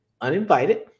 uninvited